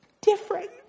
different